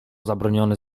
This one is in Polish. zabronione